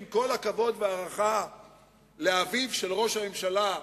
עם כל הכבוד וההערכה לאביו של ראש הממשלה,